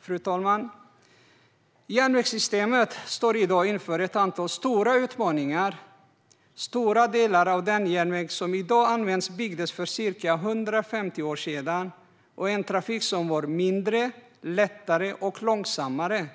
Fru talman! Järnvägssystemet står i dag inför ett antal stora utmaningar. Stora delar av den järnväg som används i dag byggdes för ca 150 år sedan och för trafik som var mindre, lättare och långsammare.